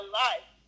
life